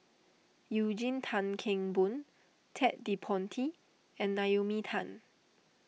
Eugene Tan Kheng Boon Ted De Ponti and Naomi Tan